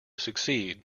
succeed